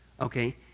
okay